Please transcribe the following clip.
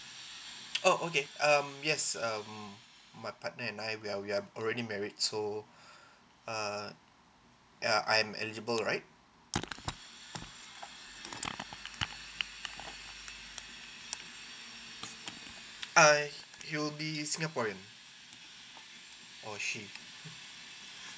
oh okay um yes um my partner and I we are we are already married so uh uh I'm eligible right if I it will be singaporean oh should be okay